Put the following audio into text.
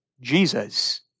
Jesus